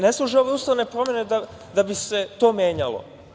Ne služe ove ustavne promene da bi se to menjalo.